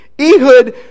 Ehud